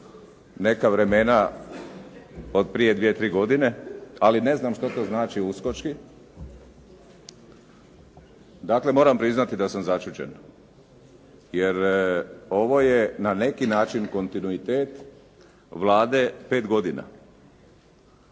neka vremena od prije dvije, tri godine, ali ne znam što to znači uskočki. Dakle, moram priznati da sam začuđen, jer ovo je na neki način kontinuitet Vlade pet godina.